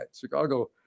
Chicago